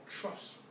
trust